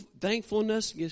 thankfulness